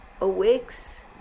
awakes